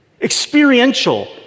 Experiential